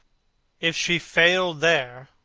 if she failed there,